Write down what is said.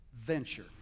venture